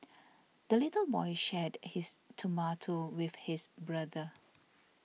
the little boy shared his tomato with his brother